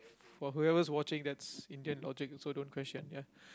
for whoever's watching that's Indian logic so don't question ya